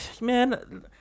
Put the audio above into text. man